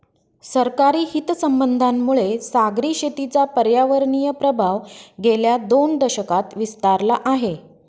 सरकारी हितसंबंधांमुळे सागरी शेतीचा पर्यावरणीय प्रभाव गेल्या दोन दशकांत विस्तारला आहे